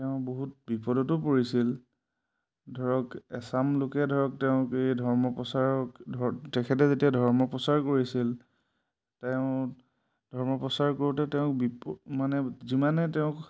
তেওঁ বহুত বিপদতো পৰিছিল ধৰক এছাম লোকে ধৰক তেওঁক এই ধৰ্ম প্ৰচাৰক তেখেতে যেতিয়া ধৰ্ম প্ৰচাৰ কৰিছিল তেওঁ ধৰ্ম প্ৰচাৰ কৰোঁতে তেওঁক বিপদ মানে যিমানে তেওঁক